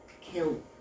kill